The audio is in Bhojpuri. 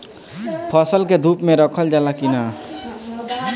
फसल के धुप मे रखल जाला कि न?